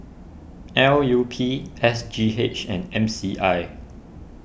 L U P S G H and M C I